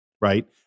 right